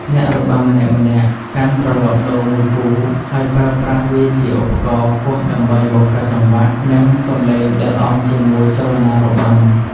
អ្នករបាំម្នាក់ៗកាន់ត្រឡោកដូងមួយគូ ហើយប្រើប្រាស់វាជាឧបករណ៍គោះដើម្បីបង្កើតចង្វាក់ និងសំឡេងដែលអមជាមួយចលនារបាំ។